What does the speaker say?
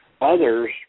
Others